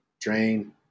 drain